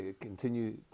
continue